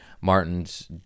Martin's